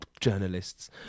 Journalists